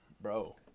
Bro